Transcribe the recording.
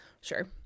sure